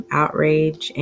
outrage